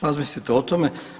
Razmislite o tome.